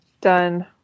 Done